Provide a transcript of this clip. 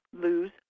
lose